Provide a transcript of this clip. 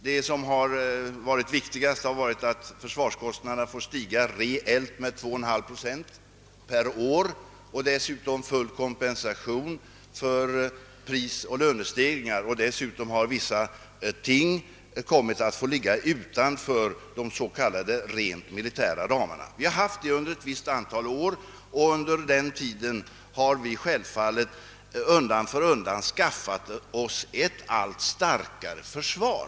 De viktigaste har varit att försvarskostnaderna reellt skulle få stiga med 2,5 procent per år, att full kompensation skulle utgå för prisoch lönestegringar och att vissa ting skulle ligga utanför de s.k. militära ramarna. Under den tid som denna ordning rått har vi självfallet byggt upp ett allt starkare försvar.